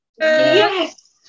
Yes